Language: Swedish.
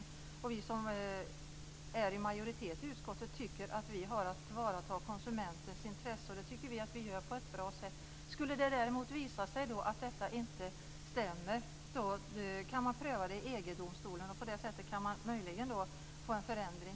Vi som är i majoritet i utskottet tycker att vi har att tillvarata konsumenternas intressen. Det tycker vi att vi gör bra. Skulle det däremot visa sig att detta inte stämmer går det att pröva i EG-domstolen. På det sättet går det att möjligen få en förändring.